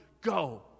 go